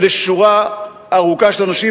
על-ידי שורה ארוכה של אנשים,